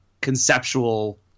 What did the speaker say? conceptual